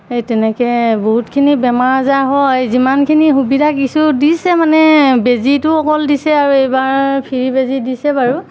এই তেনেকৈ বহুতখিনি বেমাৰ আজাৰ হয় যিমানখিনি সুবিধা কিছু দিছে মানে বেজিতো অকল দিছে আৰু এইবাৰ ফ্ৰী বেজি দিছে বাৰু